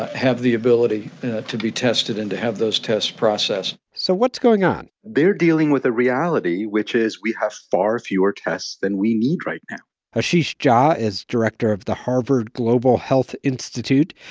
have the ability to be tested and to have those tests processed so what's going on? they're dealing with a reality, which is we have far fewer tests than we need right now ashish jha is director of the harvard global health institute.